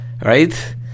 right